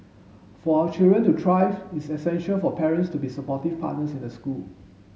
for our children to thrive it's essential for parents to be supportive partners in the school